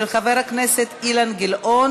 נתקבלה.